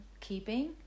keeping